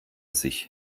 sich